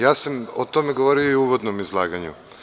Ja sam o tome govorio i u uvodnom izlaganju.